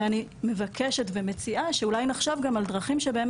ואני מבקשת ומציעה שאולי נחשוב על דרכים שבהם